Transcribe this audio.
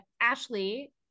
Ashley